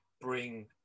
bring